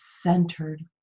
centered